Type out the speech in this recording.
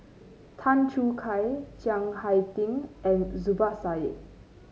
Tan Choo Kai Chiang Hai Ding and Zubir Said